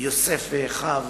יוסף ואחיו.